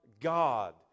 God